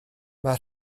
mae